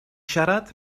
siarad